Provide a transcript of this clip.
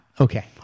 Okay